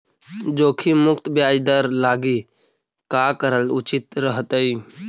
जोखिम मुक्त ब्याज दर लागी का करल उचित रहतई?